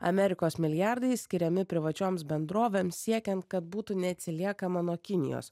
amerikos milijardai skiriami privačioms bendrovėms siekiant kad būtų neatsiliekama nuo kinijos